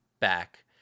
Back